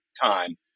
time